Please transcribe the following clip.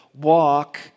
walk